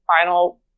final